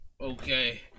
Okay